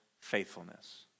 faithfulness